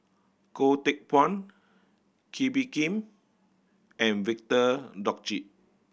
Goh Teck Phuan Kee Bee Khim and Victor Doggett